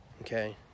Okay